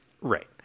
right